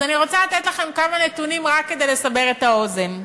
אני רוצה לתת לכם כמה נתונים רק כדי לסבר את האוזן.